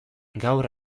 gaur